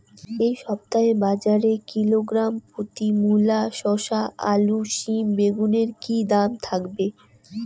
এই সপ্তাহে বাজারে কিলোগ্রাম প্রতি মূলা শসা আলু সিম বেগুনের কী দাম থাকবে?